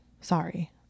Sorry